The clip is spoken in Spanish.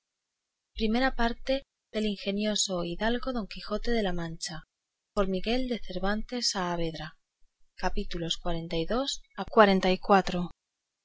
segunda parte del ingenioso caballero don quijote de la mancha por miguel de cervantes saavedra y no hallo en